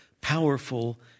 Powerful